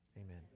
Amen